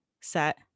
set